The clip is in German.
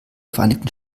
vereinigten